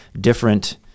different